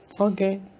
Okay